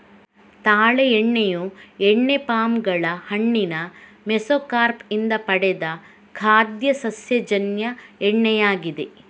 ತಾಳೆ ಎಣ್ಣೆಯು ಎಣ್ಣೆ ಪಾಮ್ ಗಳ ಹಣ್ಣಿನ ಮೆಸೊಕಾರ್ಪ್ ಇಂದ ಪಡೆದ ಖಾದ್ಯ ಸಸ್ಯಜನ್ಯ ಎಣ್ಣೆಯಾಗಿದೆ